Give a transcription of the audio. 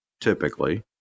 typically